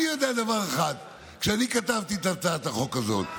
אני יודע דבר אחד: כשאני כתבתי את הצעת החוק הזאת,